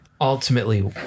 ultimately